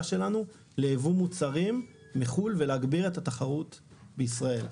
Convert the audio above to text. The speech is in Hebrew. שלנו ליבוא מוצרים מחו"ל ולהגביר את התחרות בישראל.